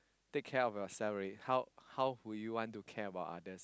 take care of yourself already how how would you want to care about others